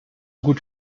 gut